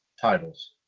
titles